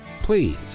Please